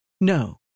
No